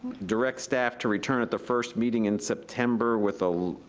direct staff to return at the first meeting in september with a,